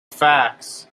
facts